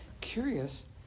curious